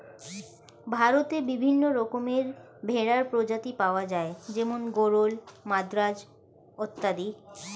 ভারতে বিভিন্ন রকমের ভেড়ার প্রজাতি পাওয়া যায় যেমন গরল, মাদ্রাজ অত্যাদি